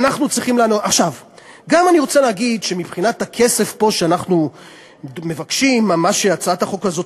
אני גם רוצה להגיד שמבחינת הכסף שאנחנו מבקשים בהצעת החוק הזאת